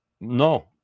no